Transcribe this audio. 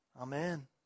Amen